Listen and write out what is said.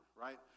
right